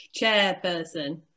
chairperson